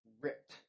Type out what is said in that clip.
ripped